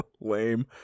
Lame